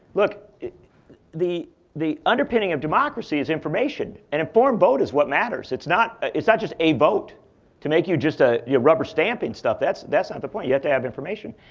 look, the the underpinning of democracy is information. an informed vote is what matters. it's not ah it's not just a vote to make you just ah yeah rubber stamping stuff. that's that's not the point. you have to have information.